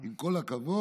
עם כל הכבוד,